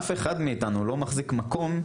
אף אחד מאיתנו לא מחזיק מקום.